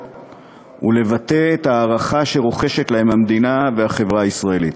ולבטא את ההערכה שרוחשות להם המדינה והחברה הישראלית.